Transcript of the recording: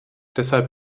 deshalb